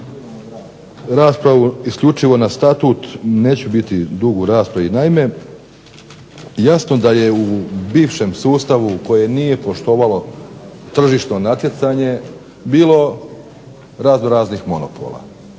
raspravu isključivo na statut, neću biti dug u raspravi. Naime jasno da je u bivšem sustavu, koje nije poštovalo tržišno natjecanje, bilo raznoraznih monopola.